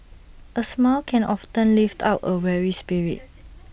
A smile can often lift up A weary spirit